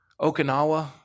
Okinawa